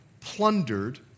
plundered